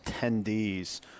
attendees